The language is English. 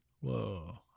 Whoa